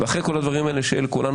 ואחרי כל הדברים האלה שיהיה לכולנו